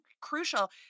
crucial